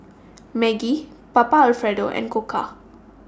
Maggi Papa Alfredo and Koka